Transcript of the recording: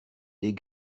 des